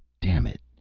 damn it,